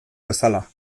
bezala